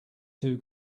two